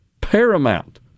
paramount